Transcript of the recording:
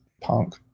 Punk